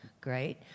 Great